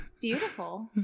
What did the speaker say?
beautiful